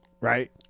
right